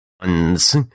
ones